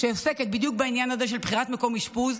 שעוסקת בדיוק בעניין הזה של בחירת מקום אשפוז,